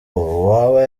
uwaba